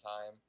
time